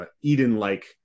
Eden-like